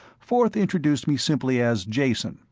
forth introduced me simply as jason,